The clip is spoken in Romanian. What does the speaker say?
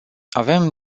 avem